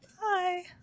bye